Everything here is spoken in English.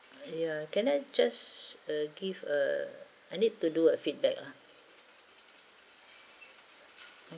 ya can I just uh give a I need to do a feedback lah